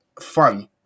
fun